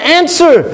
answer